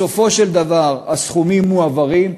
בסופו של דבר הסכומים מועברים,